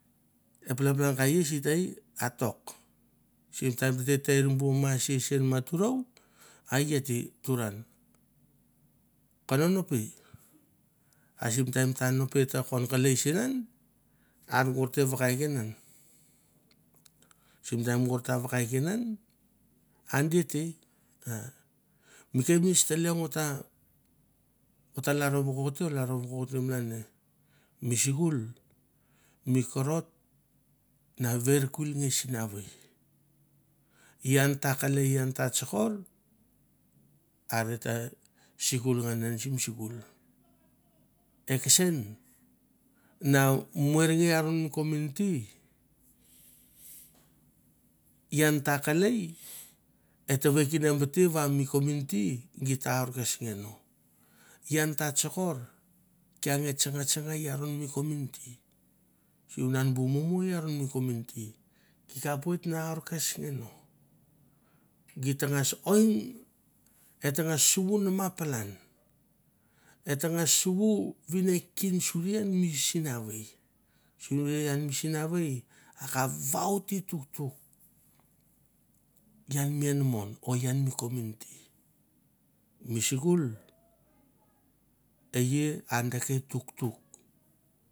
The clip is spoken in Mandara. E palapalan ka i sitei a tok sim taim tete ter bu ma si ma turou a i a te turan kono nepe a sim taim ta nepe ta kon kelei sen an a gor te vakaik inan sim taim gor ta vakaik inan a di te. mi kepnets ta leong ot taat ta lalro vokokte o lalro vokote malan ne mi sikul mi korot na ver kuli nge sinavei ian ta kelei ian ta tsokor are ta sikul ngan an sim sikul. E kesen na morngei i aron mi community ian ta kelei et ta vekinevete va mi community gi ta ar kes nge no ian ta tsokor kea nge tsanga tsanga i aron mi community sunan bu mumu i aron mi community gi kapoit na ar kes nge no gi tangas oi et tangas suvu nama palan et tangas suvu vinekin suri an mi sinavei suri an mi sinvei akap vaute tuktuk ian mi enamon o ian mi kominiti. Mi sikul e ai a deke tuktuk.